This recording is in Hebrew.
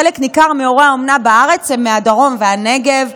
חלק ניכר מהורי האומנה בארץ הם מהדרום והנגב.